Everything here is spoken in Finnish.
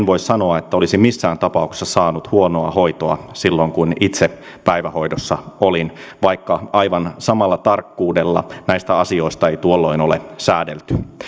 voi sanoa että olisin missään tapauksessa saanut huonoa hoitoa silloin kun itse päivähoidossa olin vaikka aivan samalla tarkkuudella näistä asioista ei tuolloin ole säädelty